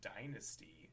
Dynasty